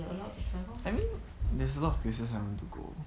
I mean there's a lot of places I want to go